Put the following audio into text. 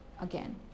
again